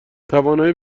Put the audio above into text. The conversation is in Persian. توانایی